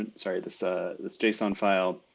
and sorry, this ah this json file.